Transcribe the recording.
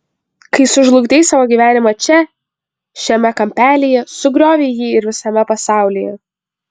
kai sužlugdei savo gyvenimą čia šiame kampelyje sugriovei jį ir visame pasaulyje